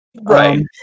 right